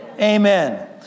Amen